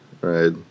right